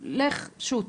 שוט.